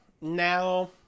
now